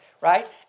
Right